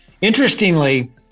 interestingly